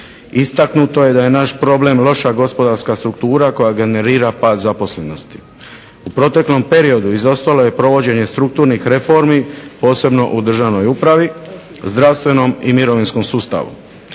istaknuto je da je naš problem loša gospodarska struktura koja generira pad zaposlenosti. U proteklom periodu izostalo je provođenje strukturnih reformi, posebno u državnoj upravi, zdravstvenom i mirovinskom sustavu.